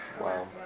Wow